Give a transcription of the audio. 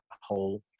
whole